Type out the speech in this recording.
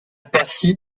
percy